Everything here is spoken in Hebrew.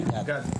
אביגד.